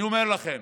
אני אומר לכם,